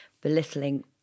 belittling